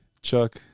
Chuck